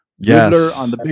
Yes